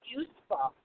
useful